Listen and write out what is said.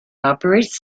operates